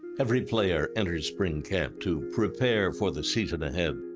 every player enters spring camp to prepare for the season ahead.